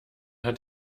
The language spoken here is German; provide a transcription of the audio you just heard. hat